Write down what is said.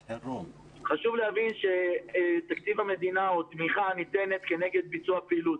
חשוב להבין שתקציב המדינה או תמיכה ניתנת כנגד ביצוע פעילות.